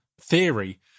theory